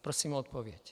Prosím o odpověď.